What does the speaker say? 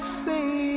say